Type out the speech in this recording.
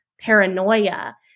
paranoia